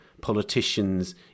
politicians